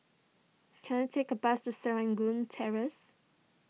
can I take a bus to Serangoon Terrace